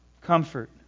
Comfort